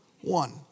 One